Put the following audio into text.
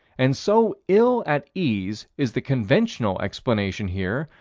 and so ill at ease is the conventional explanation here,